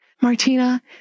Martina